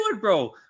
bro